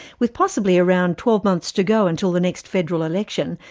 with possibly around twelve months to go until the next federal election,